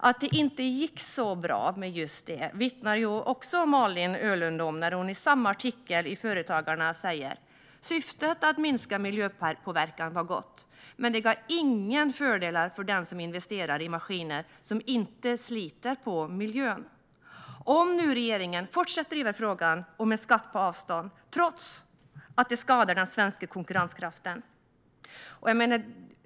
Att det inte gick så bra med just det vittnar Malin Öhrlund om när hon i samma artikel i Företagarna som jag tidigare hänvisade till säger att syftet med att minska miljöpåverkan var gott men att det inte gav några fördelar för den som investerar i maskiner som inte sliter på miljön. Tänker regeringen fortsätta att driva frågan om en skatt på avstånd, trots att detta skadar den svenska konkurrenskraften?